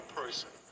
person